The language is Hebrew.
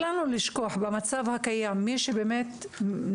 אל לנו לשכוח במצב הקיים שמי שנמצאות